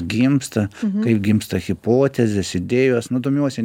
gimsta kaip gimsta hipotezės idėjos nu domiuosi